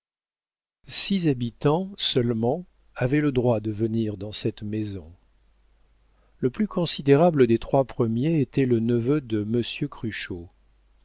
six habitants seulement avaient le droit de venir dans cette maison le plus considérable des trois premiers était le neveu de